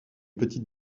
petite